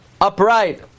upright